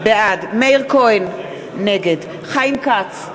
בעד מאיר כהן, נגד חיים כץ,